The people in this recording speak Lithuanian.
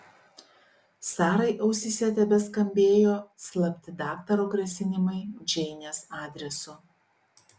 sarai ausyse tebeskambėjo slapti daktaro grasinimai džeinės adresu